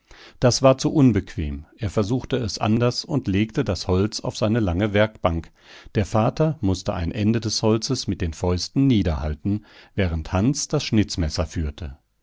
das war zu unbequem er versuchte es anders und legte das holz auf seine lange werkbank der vater mußte ein ende des holzes mit den fäusten niederhalten während hans das schnitzmesser führte